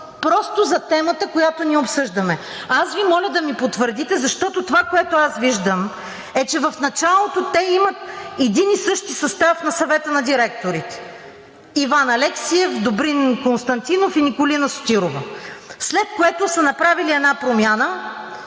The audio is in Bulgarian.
за темата, която ние обсъждаме. Аз Ви моля да потвърдите, защото това, което виждам, е, че в началото те имат един и същ състав на Съвета на директорите – Иван Алексиев, Добрин Константинов и Николина Сотирова, след което се вижда, че са направили една промяна